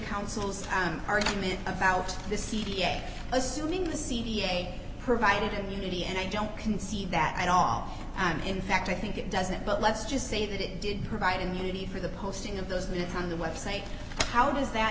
counsel's time argument about the c p a assuming the c d a provided in unity and i don't concede that i'd all i'm in fact i think it doesn't but let's just say that it did provide immunity for the posting of those minutes on the web site how does that